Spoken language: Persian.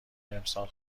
امسال